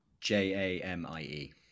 J-A-M-I-E